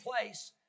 place